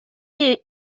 est